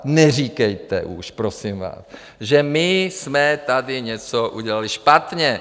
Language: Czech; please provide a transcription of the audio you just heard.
Neříkejte už, prosím vás, že my jsme tady něco udělali špatně.